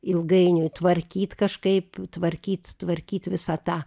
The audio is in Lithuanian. ilgainiui tvarkyt kažkaip tvarkyt tvarkyt visą tą